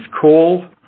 call